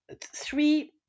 three